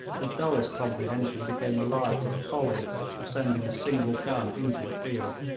the dullest comprehension became alive to the folly of sending a single gun into the field.